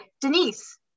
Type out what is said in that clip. Denise